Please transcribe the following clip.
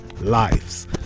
lives